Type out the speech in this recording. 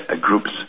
groups